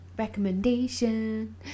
Recommendation